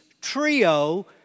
trio